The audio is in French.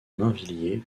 mainvilliers